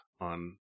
on